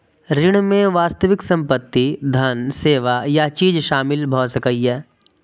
ऋण मे वास्तविक संपत्ति, धन, सेवा या चीज शामिल भए सकैए